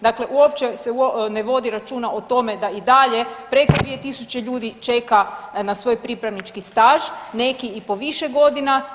Dakle, uopće se ne vodi računa o tome da i dalje preko 2.000 ljudi čeka na svoj pripravnički staž, neki i po više godina.